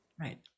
Right